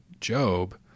Job